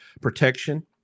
protection